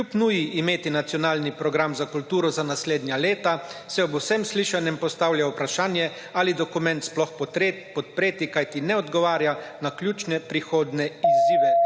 Kljub nuji imeti nacionalni program za kulturo za naslednja leta se ob vsem slišanem postavlja vprašanje ali dokument sploh podpreti, kajti ne odgovarja na ključne prihodnje izzive,